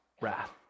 wrath